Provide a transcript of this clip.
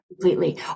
completely